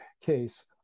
case